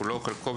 כולו או חלקו,